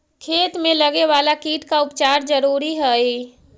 खेत में लगे वाला कीट का उपचार जरूरी हई